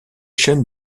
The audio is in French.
chaînes